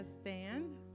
stand